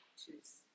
choose